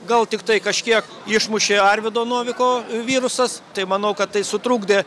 gal tiktai kažkiek išmušė arvydo novikovo virusas tai manau kad tai sutrukdė